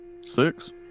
six